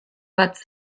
bat